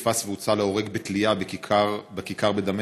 הוא נתפס והוצא להורג בתלייה בכיכר בדמשק